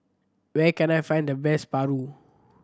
where can I find the best paru